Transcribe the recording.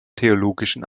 theologischen